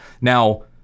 now